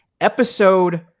episode